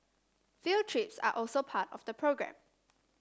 field trips are also part of the programme